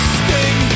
sting